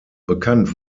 bekannt